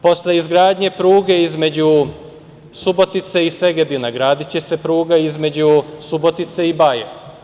Posle izgradnje pruge između Subotice i Segedina gradiće se pruga između Subotice i Baje.